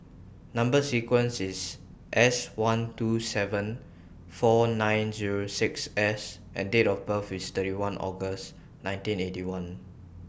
Number sequence IS S one two seven four nine Zero six S and Date of birth IS thirty one August nineteen Eighty One